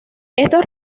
estos